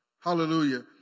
Hallelujah